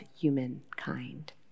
humankind